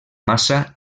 massa